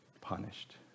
punished